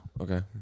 Okay